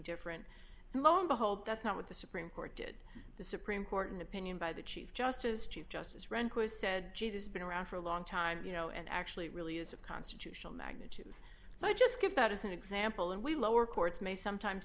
different and lo and behold that's not what the supreme court did the supreme court an opinion by the chief justice chief justice rehnquist said gee this been around for a long time you know and actually it really is a constitutional magnitude so i just give that as an example and we lower courts may sometimes